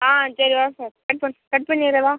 ஆ சரி வரேன் sir cut பண்ணு கட் பண்ணிரவா